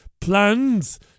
plans